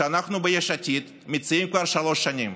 שאנחנו ביש עתיד מציעים כבר שלוש שנים,